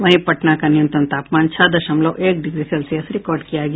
वहीं पटना का न्यूनतम तापमान छह दशमलव एक डिग्री सेल्सियस रिकॉर्ड किया गया